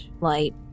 light